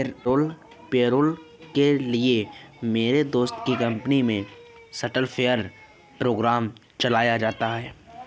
payroll के लिए मेरे दोस्त की कंपनी मै सॉफ्टवेयर प्रोग्राम चलाया जाता है